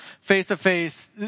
face-to-face